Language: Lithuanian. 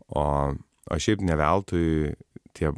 o o šiaip ne veltui tie